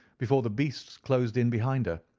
before the beasts closed in behind her,